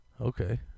Okay